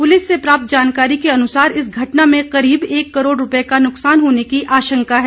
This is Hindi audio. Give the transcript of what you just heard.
पुलिस से प्राप्त जानकारी के अनुसार इस घटना में करीब एक करोड़ रुपए का नुकसान होने की आशंका है